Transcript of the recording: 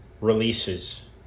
releases